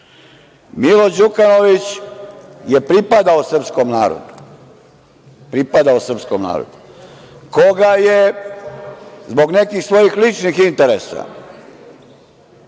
Milo Đukanović je pripadao srpskom narodu, koga je zbog nekih svojih ličnih interesa